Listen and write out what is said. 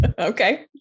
Okay